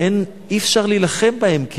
אי-אפשר להילחם בהם כי